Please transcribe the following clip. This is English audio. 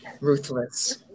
Ruthless